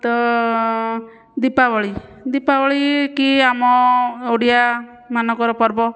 ତ ଦୀପାବଳି ଦୀପାବଳି କି ଆମ ଓଡ଼ିଆ ମାନଙ୍କର ପର୍ବ